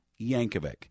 Yankovic